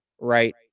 right